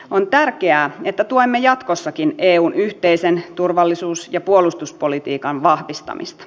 on tärkeää että tuemme jatkossakin eun yhteisen turvallisuus ja puolustuspolitiikan vahvistamista